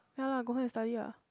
ya lah go home and study lah